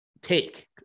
Take